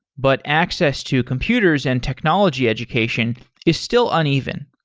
but access to computers and technology education is still uneven.